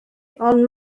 ond